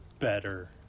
better